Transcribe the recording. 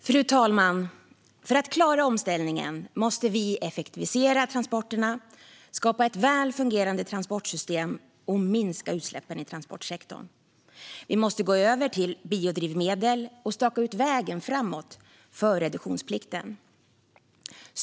Fru talman! För att klara omställningen måste vi effektivisera transporterna, skapa ett väl fungerande transportsystem och minska utsläppen i transportsektorn. Vi måste gå över till biodrivmedel och staka ut vägen framåt för reduktionsplikten.